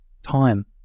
time